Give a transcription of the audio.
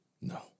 No